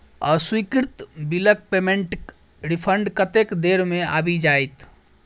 अस्वीकृत बिलक पेमेन्टक रिफन्ड कतेक देर मे आबि जाइत?